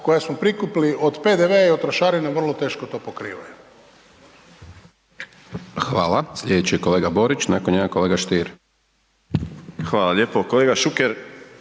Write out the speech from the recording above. koja smo prikupili od PDV-a i trošarina vrlo teško to pokrivaju.